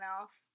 else